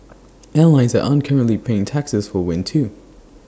airlines that aren't currently paying taxes will win too